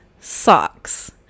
socks